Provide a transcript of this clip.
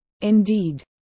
Indeed